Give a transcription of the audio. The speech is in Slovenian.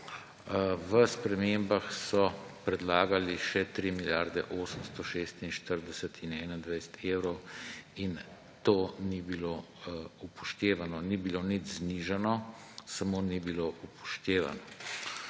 V spremembah so predlagali še tri milijarde 846 in 21 evrov. In to ni bilo upoštevano. Ni bilo nič znižano, samo ni bilo upoštevano.